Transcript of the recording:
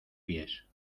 pies